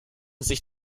sich